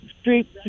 Street